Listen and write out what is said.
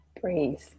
breathe